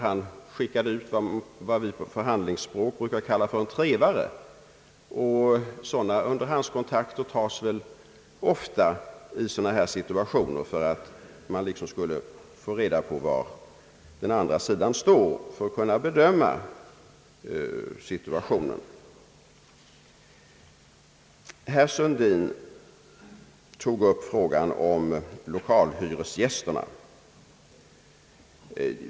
Han skickade ut vad vi på förhandlingsspråk brukar kalla för en trevare. Dylika underhandskontakter tas väl ofta i sådana här lägen för att liksom få reda på var den andra parten står och för att kunna bedöma situationen. Herr Sundin tog upp frågan om lokalhyresgästerna.